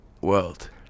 world